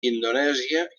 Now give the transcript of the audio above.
indonèsia